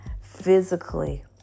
Physically